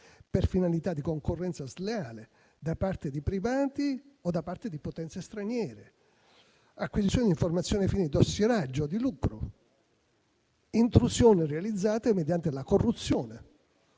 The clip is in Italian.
per finalità di concorrenza sleale da parte di privati o da parte di potenze straniere; acquisizione di informazioni ai fini di dossieraggio o di lucro; intrusioni realizzate mediante la corruzione